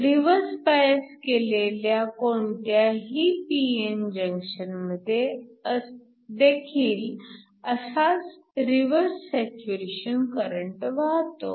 reverse bias केलेल्या कोणत्याही pn junction मध्ये देखील असाच रिव्हर्स सॅच्युरेशन करंट वाहतो